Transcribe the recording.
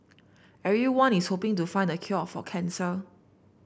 everyone is hoping to find the cure for cancer